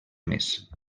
més